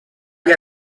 gli